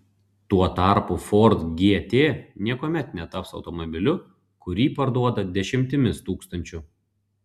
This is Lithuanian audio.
tuo tarpu ford gt niekuomet netaps automobiliu kurį parduoda dešimtimis tūkstančių